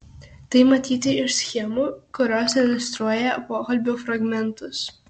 tai matyti iš schemų kurios iliustruoja pokalbių fragmentus